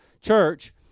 church